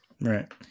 Right